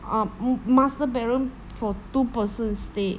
uh m~ m~ master bedroom for two person stay